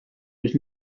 was